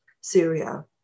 Syria